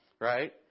Right